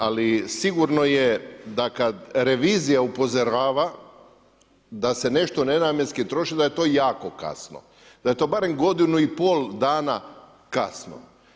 Ali sigurno je da kada revizija upozorava da se nešto nenamjenski troši da je to jako kasno, da je to barem godinu i pol dana kasno.